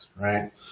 right